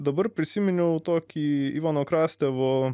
dabar prisiminiau tokį ivano krastevo